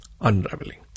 unraveling